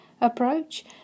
approach